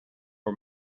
for